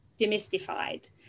demystified